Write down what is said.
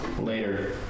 later